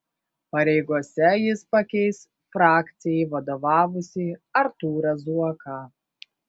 pareigose jis pakeis frakcijai vadovavusį artūrą zuoką